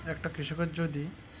একটা কৃষকের যদি